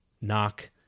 knock